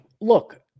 look